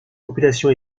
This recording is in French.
population